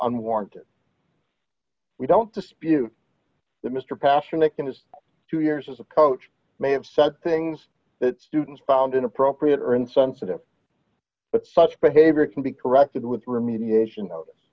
unwarranted we don't dispute that mr pasternack in his two years as a coach may have said things that students found inappropriate or insensitive but such behavior can be corrected with remediation notice